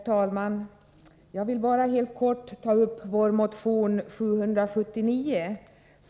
Herr talman! Jag vill bara helt kort ta upp vår motion 779.